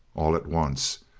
all at once,